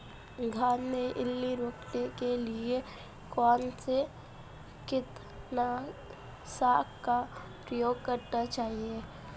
धान में इल्ली रोकने के लिए कौनसे कीटनाशक का प्रयोग करना चाहिए?